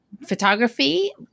photography